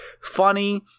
funny